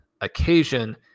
occasion